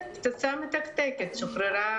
פצצה מתקתקת שוחררה